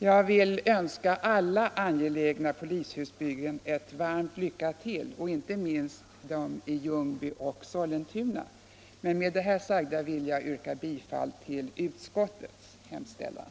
Jag önskar alla angelägna polishusbyggen ett varmt lycka till, inte minst de i Ljungby och Sollentuna, men vill med det sagda yrka bifall till utskottets hemställan.